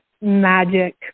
magic